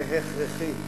זה הכרחי.